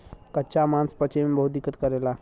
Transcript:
कच्चा मांस पचे में बहुत दिक्कत करेला